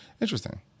Interesting